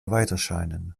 weiterscheinen